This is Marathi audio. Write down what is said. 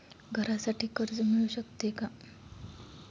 घरासाठी कर्ज मिळू शकते का?